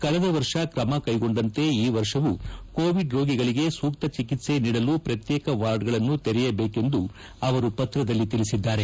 ಕಳೆದ ವರ್ಷ ಕ್ರಮ ಕೈಗೊಂಡಂತೆ ಈ ವರ್ಷವೂ ಕೋವಿಡ್ ರೋಗಿಗಳಿಗೆ ಸೂಕ್ತ ಚಿಕಿತ್ಸೆ ನೀಡಲು ಶ್ರತ್ಯೇಕ ವಾರ್ಡ್ಗಳನ್ನು ತೆರೆಯಬೇಕೆಂದು ಅವರು ಪತ್ರದಲ್ಲಿ ತಿಳಿಸಿದ್ದಾರೆ